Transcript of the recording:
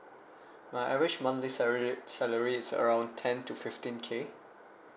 my average monthly salary salary is around ten to fifteen K